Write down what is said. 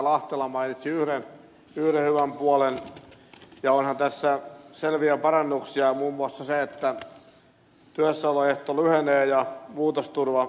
lahtela mainitsi yhden hyvän puolen ja onhan tässä selvä parannus muun muassa se että työssäoloehto lyhenee ja muutosturva pitenee